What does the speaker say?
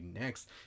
next